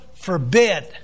forbid